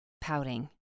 pouting